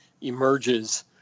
emerges